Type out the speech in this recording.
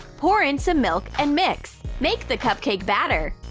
pour in some milk and mix. make the cupcake batter.